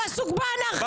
הוא עסוק באנרכיסטים.